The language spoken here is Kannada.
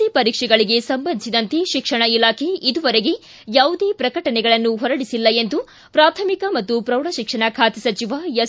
ಸಿ ಪರೀಕ್ಷೆಗಳಿಗೆ ಸಂಬಂಧಿಸಿದಂತೆ ಶಿಕ್ಷಣ ಇಲಾಖೆ ಇದುವರೆಗೆ ಯಾವುದೇ ಪ್ರಕಟಣೆಗಳನ್ನು ಹೊರಡಿಸಿಲ್ಲ ಎಂದು ಪ್ರಾಥಮಿಕ ಮತ್ತು ಪ್ರೌಢ ಶಿಕ್ಷಣ ಖಾತೆ ಸಚಿವ ಎಸ್